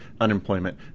unemployment